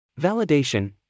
Validation